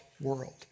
world